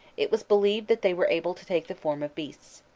it was believed that they were able to take the form of beasts.